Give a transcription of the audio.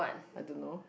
I don't know